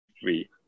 three